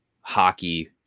hockey